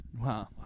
wow